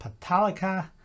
Patalika